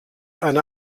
eine